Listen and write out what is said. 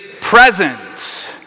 present